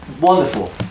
wonderful